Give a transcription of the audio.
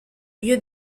lieu